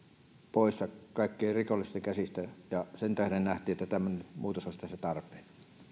poissa kaikkien rikollisten käsistä sen tähden näimme että tämmöinen muutos olisi tässä tarpeen